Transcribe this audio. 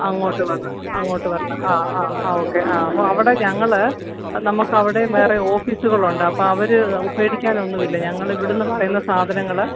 അങ്ങോട്ട് വന്ന് അങ്ങോട്ട് വന്ന് ആ ആ ആ ഓക്കെ ആ അപ്പോള് അവിടെ ഞങ്ങള് നമുക്കവിടെയും വേറെ ഓഫിസുകളുണ്ട് അപ്പോള് അവര് പേടിക്കാനൊന്നുമില്ല ഞങ്ങളിവിടെ നിന്ന് പറയുന്ന സാധനങ്ങള്